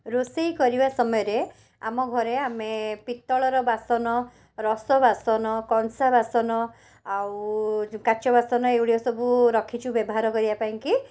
ରୋଷେଇ କରିବା ସମୟରେ ଆମ ଘରେ ଆମେ ପିତ୍ତଳର ବାସନ ରସ ବାସନ କଂସା ବାସନ ଆଉ ଯେଉଁ କାଚ ବାସନ ଏଇଗୁଡ଼ିକ ସବୁ ରଖିଛୁ ବ୍ୟବହାର କରିବା ପାଇଁକି